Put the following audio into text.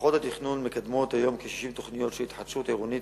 מערכות התכנון מקדמות היום כ-60 תוכניות של התחדשות עירונית,